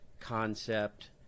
concept